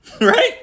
right